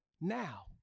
now